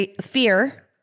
fear